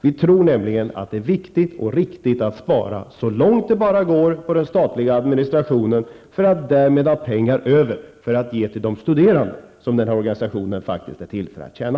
Vi tror nämligen att det är viktigt och riktigt att spara så långt det bara går på den statliga administrationen för att därmed ha pengar över att ge till de studerande, som den här organisationen faktiskt är till för att tjäna.